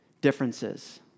differences